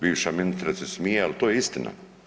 Bivša ministrica se smije ali to je istina.